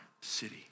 city